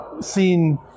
seen